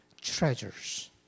treasures